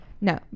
no